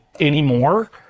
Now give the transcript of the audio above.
anymore